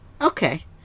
okay